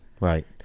Right